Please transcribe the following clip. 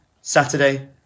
Saturday